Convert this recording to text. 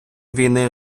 війни